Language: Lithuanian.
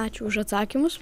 ačiū už atsakymus